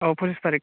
औ पसिस तारिख